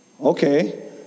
Okay